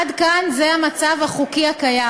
עד כאן זה המצב החוקי הקיים.